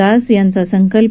दास यांचा संकल्प